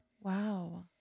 Wow